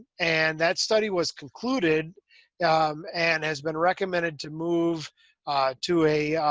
and that study was concluded and has been recommended to move to a